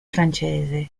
francese